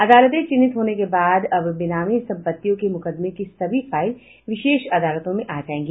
अदालते चिन्हित होने के बाद अब बेनामी संपत्तियों के मुकदमें की सभी फाइल विशेष अदालतों में आ जायेगी